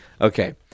Okay